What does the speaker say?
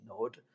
node